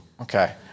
Okay